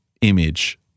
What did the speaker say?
image